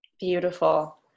beautiful